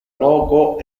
loco